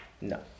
No